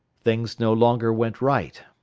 things no longer went right.